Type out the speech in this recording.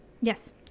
Yes